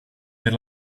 per